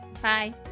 Bye